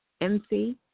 MC